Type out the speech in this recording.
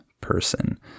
person